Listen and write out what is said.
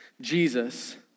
Jesus